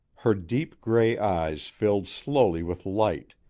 her deep gray eyes filled slowly with light,